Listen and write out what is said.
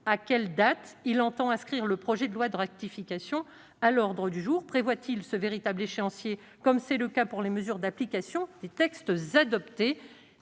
à quelle date il entend inscrire le projet de loi de ratification à l'ordre du jour ? Prévoit-il ce véritable échéancier, comme c'est le cas pour les mesures d'application des textes adoptés ?